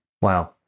Wow